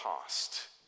past